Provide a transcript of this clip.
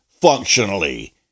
functionally